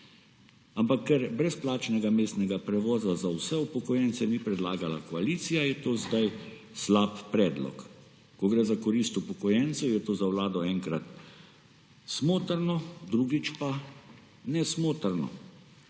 Ampak ker brezplačnega mestnega prevoza za vse upokojence ni predlagala koalicija, je to zdaj slab predlog. Ko gre za korist upokojencev, je to za vlado enkrat smotrno, drugič pa nesmotrno.